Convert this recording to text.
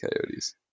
coyotes